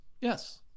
Yes